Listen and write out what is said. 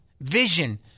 Vision